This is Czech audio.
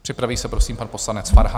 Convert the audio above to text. Připraví se prosím pan poslanec Farhan.